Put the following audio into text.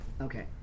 Okay